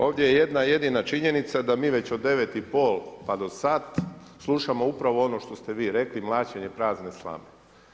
Ovdje je jedna jedina činjenica da mi već od 9 i pol pa do sad slušamo upravo ono što ste vi rekli mlaćenje prazne slame.